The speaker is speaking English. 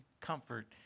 comfort